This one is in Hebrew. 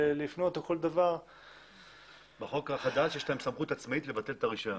בחוק החדש יש להם סמכות עצמאית לבטל את הרישיון.